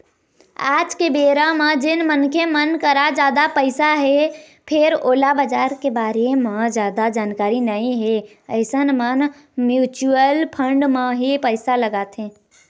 आज के बेरा म जेन मनखे मन करा जादा पइसा हे फेर ओला बजार के बारे म जादा जानकारी नइ हे अइसन मन म्युचुअल फंड म ही पइसा लगाथे